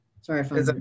Sorry